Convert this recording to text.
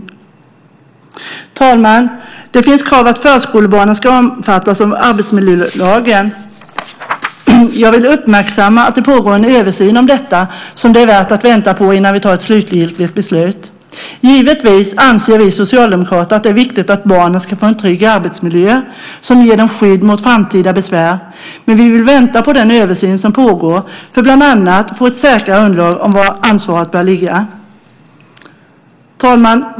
Fru talman! Det finns krav att förskolebarnen ska omfattas av arbetsmiljölagen. Jag vill göra er uppmärksamma på att det pågår en översyn om detta som det är värt att vänta på innan vi tar ett slutgiltigt beslut. Givetvis anser vi socialdemokrater att det är viktigt att barnen får en trygg arbetsmiljö som ger dem skydd mot framtida besvär. Men vi vill vänta på den översyn som pågår för att bland annat få ett säkrare underlag om var ansvaret bör ligga. Fru talman!